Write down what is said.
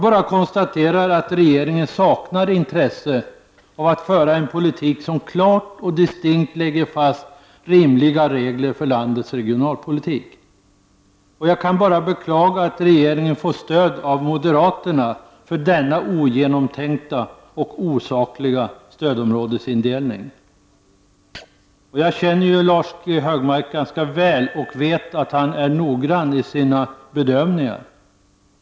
Jag konstaterar att regeringen saknar intresse för att föra en politik som klart och distinkt lägger fast rimliga regler för landets regionalpolitik. Och jag kan bara beklaga att regeringen får stöd av moderaterna för denna ogenomtänkta och osakliga stödområdesindelning. Jag känner Anders G Högmark ganska väl och vet att han är noggrann i sina bedömningar.